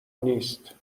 نیست